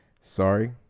sorry